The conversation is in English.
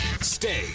stay